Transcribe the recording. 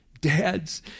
Dad's